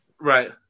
Right